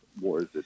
wars